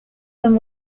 them